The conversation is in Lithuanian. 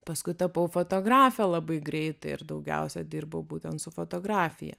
paskui tapau fotografe labai greitai ir daugiausiai dirbau būtent su fotografija